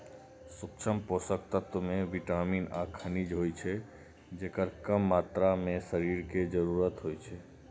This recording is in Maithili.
सूक्ष्म पोषक तत्व मे विटामिन आ खनिज होइ छै, जेकर कम मात्रा मे शरीर कें जरूरत होइ छै